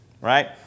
right